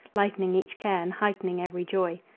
lightening each care and heightening every joy.